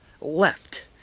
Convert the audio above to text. left